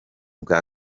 bwa